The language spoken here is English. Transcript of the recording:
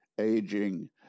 aging